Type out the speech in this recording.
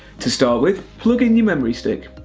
to start with, plug in your memory stick.